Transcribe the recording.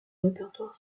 répertoire